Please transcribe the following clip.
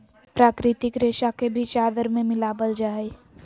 प्राकृतिक रेशा के भी चादर में मिलाबल जा हइ